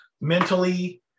mentally